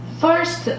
First